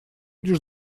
лишь